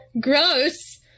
Gross